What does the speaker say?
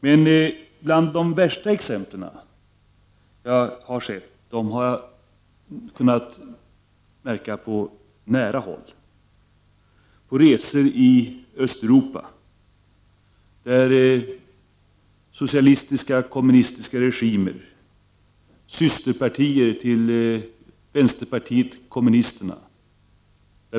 Några av de värsta exemplen har jag funnit på nära håll, på resor i östeuropeiska länder med socialistiska eller kommunistiska regimer. Det har varit fråga om systerpartier till vänsterpartiet kommunisterna.